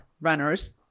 Runners